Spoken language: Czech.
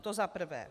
To za prvé.